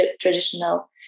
traditional